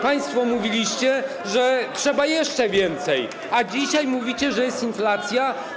Państwo mówiliście, że trzeba jeszcze więcej, a dzisiaj mówicie, że jest inflacja.